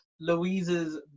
Louise's